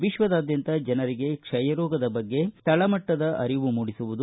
ವಿಶ್ವದಾದ್ಯಂತ ಜನರಿಗೆ ಕ್ಷಯರೋಗದ ಬಗ್ಗೆ ತಳಮಟ್ಟದ ಅರಿವು ಮೂಡಿಸುವುದು